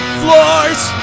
floors